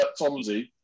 Tomsey